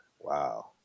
Wow